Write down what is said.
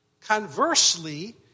Conversely